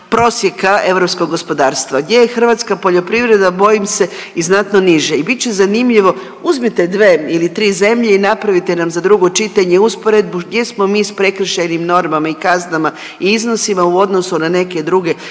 prosjeka europskog gospodarstva, gdje je hrvatska poljoprivreda, bojim se i znatno niže i bit će zanimljivo, uzmite dve ili tri zemlje i napravite nam za drugo čitanje usporedbu gdje smo mi s prekršajnim normama i kaznama i iznosima u odnosu na neke druge